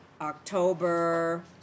October